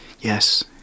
Yes